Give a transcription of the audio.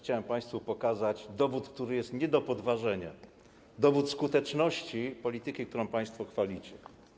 Chciałem państwu pokazać dowód, który jest nie do podważenia, dowód skuteczności polityki, którą państwo chwalicie.